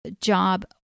job